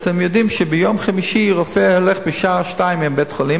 אתם יודעים שביום חמישי רופא הולך בשעה 14:00 מבית-החולים,